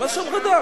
ממש המרדה.